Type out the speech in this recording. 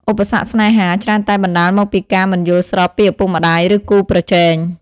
ឧបសគ្គស្នេហា ច្រើនតែបណ្តាលមកពីការមិនយល់ស្របពីឪពុកម្តាយឬគូប្រជែង។